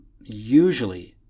usually